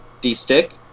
D-stick